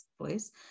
voice